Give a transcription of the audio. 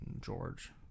George